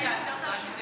רגע, 10,000 נהגים,